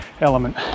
element